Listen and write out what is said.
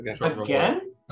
Again